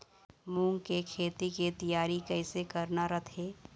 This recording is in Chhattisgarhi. मूंग के खेती के तियारी कइसे करना रथे?